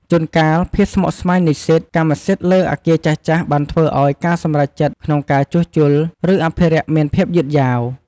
ជួនកាលភាពស្មុគស្មាញនៃសិទ្ធិកម្មសិទ្ធិលើអគារចាស់ៗបានធ្វើឱ្យការសម្រេចចិត្តក្នុងការជួសជុល ឬអភិរក្សមានភាពយឺតយ៉ាវ។